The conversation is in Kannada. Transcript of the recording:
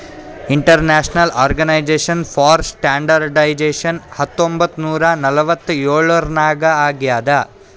ಇಂಟರ್ನ್ಯಾಷನಲ್ ಆರ್ಗನೈಜೇಷನ್ ಫಾರ್ ಸ್ಟ್ಯಾಂಡರ್ಡ್ಐಜೇಷನ್ ಹತ್ತೊಂಬತ್ ನೂರಾ ನಲ್ವತ್ತ್ ಎಳುರ್ನಾಗ್ ಆಗ್ಯಾದ್